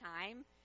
time